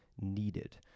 needed